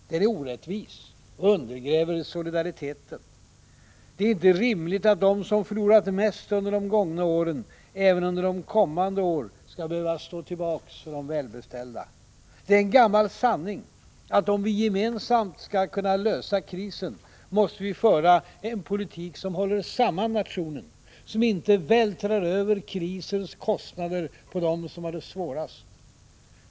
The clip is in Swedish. Den är orättvis och undergräver solidariteten. Det är inte rimligt att de som förlorat mest under de gångna åren även under kommande år skall behöva stå tillbaka för de välbeställda. Det är en gammal sanning, att om vi gemensamt skall kunna lösa krisen måste vi föra en politik som håller samman nationen, som inte vältrar över krisens kostnader på dem som har det svårast.